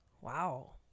wow